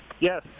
Yes